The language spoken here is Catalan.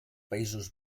països